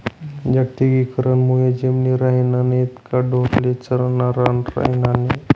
जागतिकीकरण मुये जमिनी रायन्या नैत का ढोरेस्ले चरानं रान रायनं नै